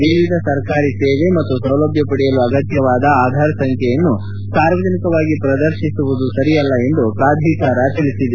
ವಿವಿಧ ಸರ್ಕಾರಿ ಸೇವೆ ಮತ್ತು ಸೌಲಭ್ಣ ಪಡೆಯಲು ಅಗತ್ಜವಾದ ಆಧಾರ್ ಸಂಖ್ಯೆಯನ್ನು ಸಾರ್ವಜನಿಕವಾಗಿ ಪ್ರದರ್ಶಿಸುವುದು ಸರಿಯಲ್ಲ ಎಂದು ಪ್ರಾಧಿಕಾರ ತಿಳಿಸಿದೆ